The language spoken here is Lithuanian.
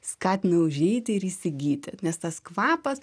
skatina užeiti ir įsigyti nes tas kvapas